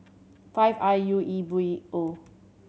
five I U E B O